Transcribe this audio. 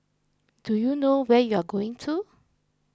do you know where you're going to